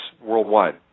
worldwide